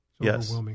Yes